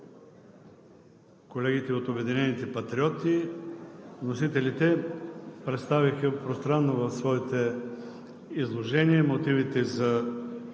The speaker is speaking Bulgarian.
колегите от „Обединени патриоти“, вносителите представиха пространно в своите изложения мотивите за